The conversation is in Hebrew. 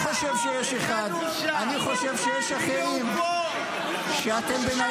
זה כמו שפה יש חברי כנסת שהם תומכי